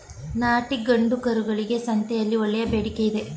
ನಾಟಿ ಗಂಡು ಕರುಗಳಿಗೆ ಸಂತೆಯಲ್ಲಿ ಒಳ್ಳೆಯ ಬೇಡಿಕೆಯಿದೆ